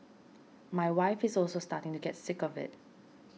my wife is also starting to get sick of it